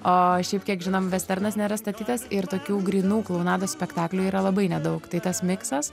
o šiaip kiek žinom vesternas nėra statytas ir tokių grynų klounados spektaklių yra labai nedaug tai tas miksas